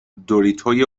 دوریتوی